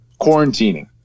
quarantining